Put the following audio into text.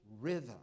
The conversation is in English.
rhythm